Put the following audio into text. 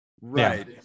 right